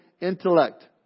intellect